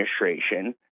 administration